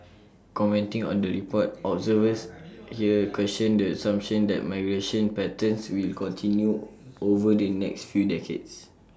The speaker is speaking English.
commenting on the report observers here questioned the assumption that migration patterns will continue over the next few decades